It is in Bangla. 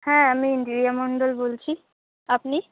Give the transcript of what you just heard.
হ্যাঁ আমি রিয়া মণ্ডল বলছি আপনি